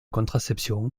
contraception